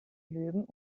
löwen